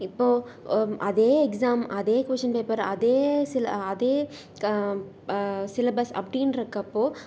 இப்போது ஓ அதே எக்ஸாம் அதே கொஷின் பேப்பர் அதே சில அதே சிலபஸ் அப்படின்றக்கப்போ